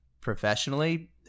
professionally